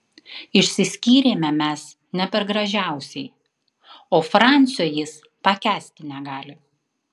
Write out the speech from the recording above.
išsiskyrėme mes ne per gražiausiai o francio jis pakęsti negali